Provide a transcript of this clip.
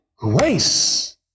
grace